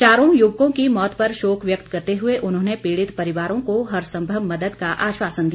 चारों युवकों की मौत पर शोक व्यक्त करते हुए उन्होंने पीड़ित परिवारों को हरसंभव मदद का आश्वासन दिया